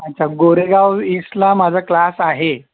अच्छा गोरेगाव ईस्टला माझा क्लास आहे